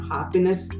Happiness